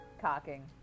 cocking